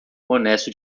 honesto